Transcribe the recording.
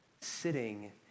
sitting